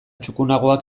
txukunagoak